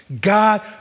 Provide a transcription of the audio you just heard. God